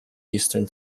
eastern